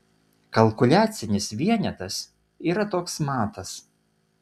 kalkuliacinis vienetas yra toks matas